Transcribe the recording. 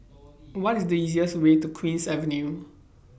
What IS The easiest Way to Queen's Avenue